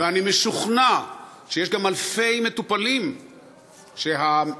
ואני משוכנע שיש גם אלפי מטופלים שעובדי